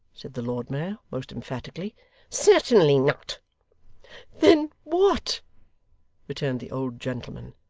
said the lord mayor, most emphatically certainly not then what returned the old gentleman,